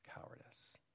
cowardice